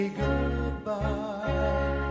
goodbye